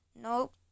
Nope